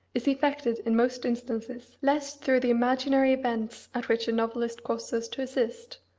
is effected in most instances less through the imaginary events at which a novelist causes us to assist,